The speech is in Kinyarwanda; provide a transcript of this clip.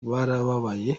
barababaye